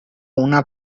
una